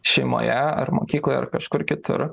šeimoje ar mokykloje ar kažkur kitur